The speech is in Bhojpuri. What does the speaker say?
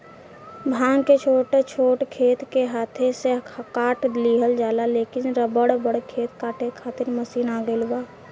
भांग के छोट छोट खेत के हाथे से काट लिहल जाला, लेकिन बड़ बड़ खेत काटे खातिर मशीन आ गईल बा